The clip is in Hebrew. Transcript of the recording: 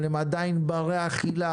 אבל הם עדיין ברי-אכילה